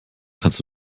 kannst